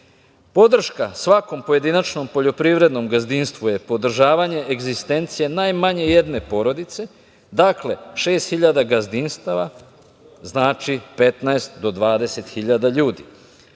manjine. Podrška svakom pojedinačnom poljoprivrednom gazdinstvu je podržavanje egzistencije najmanje jedne porodice. Dakle, 6.000 gazdinstava, znači 15.000 do 20.000